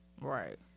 right